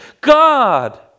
God